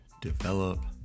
develop